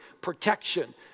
protection